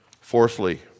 Fourthly